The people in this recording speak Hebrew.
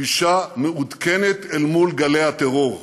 גישה מעודכנת אל מול גלי הטרור.